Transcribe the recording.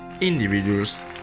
individuals